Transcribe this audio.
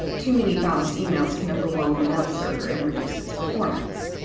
too many bounced emails can overwhelm a mail server and reduce its performance.